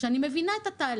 כאשר אני מבינה את התהליך,